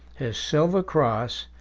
his silver cross,